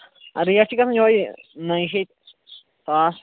اَدٕ یَتھ چھُ گژھان یِہوٚے نہ یہِ چھِ ییٚتہِ